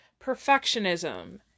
perfectionism